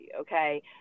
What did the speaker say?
okay